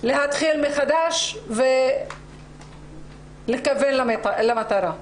להתחיל מחדש ולכוון למטרה.